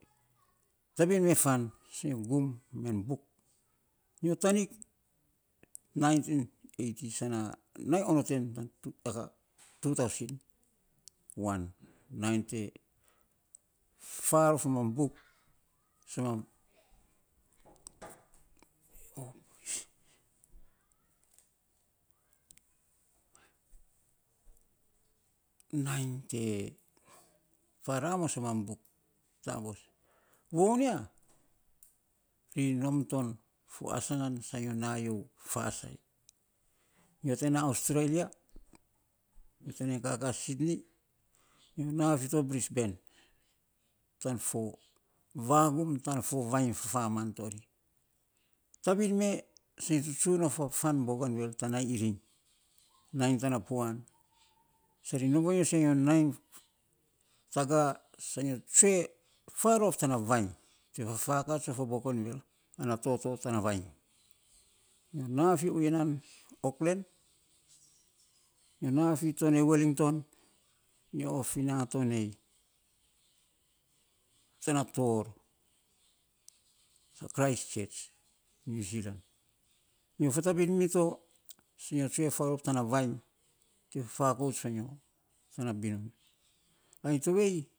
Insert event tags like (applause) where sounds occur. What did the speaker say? Tabin me fan sa nyo gum men buk nyo tanik ing nainti eiti sana nainy onot en tan tu tausen wan nainy te fauf amam buk sa mam (noise) nainy te faramos amambuk taabos vou nia ri nom to fo asagan ya sa nyo na karasai. Nyo te na ostrailia nyo te nainy kaka sidri nyo na fi to brisben tan fo vagun tan fo vainy fafaman tori, tabin me sa nyo tsutsun of a fan bogenvil tana fo iring nainy tana puan sari nom vanyo sa nyo niain taga sa nyo tsue faarof tana vainy te fafakats of a bogenvil ana toto tana vainy. Nyo na fi uianan oklen nyo na fi to nei welinton. Nyo of fi na to nei tana tor dakris tsets ae niujilan. nyo fatabin mito sa nyo tsue faarof tana vainy te fakouts vainyo tana binun ai tovei.